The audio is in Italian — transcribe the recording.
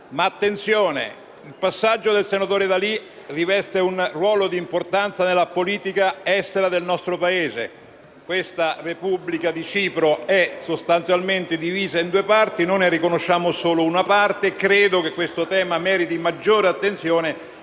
attenzione, perché il passaggio del senatore D'Alì riveste un ruolo di importanza nella politica estera del nostro Paese. La Repubblica di Cipro è sostanzialmente divisa in due parti, e noi ne riconosciamo solo una parte. Credo che questo tema meriti maggiore attenzione